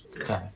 okay